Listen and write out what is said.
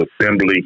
Assembly